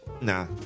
nah